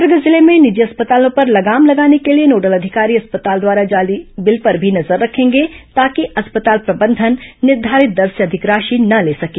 दुर्ग जिले में निजी अस्पतालों पर लगाम लगाने के लिए नोडल अधिकारी अस्पताल द्वारा जारी बिल पर भी नजर रखेंगे ताकि अस्पताल प्रबंधन निर्धारित दर से अधिक राशि न ले सकें